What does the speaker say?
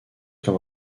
comme